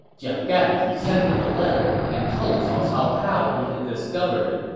jiang gan presented the letter and told cao cao how he had discovered it.